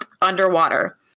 underwater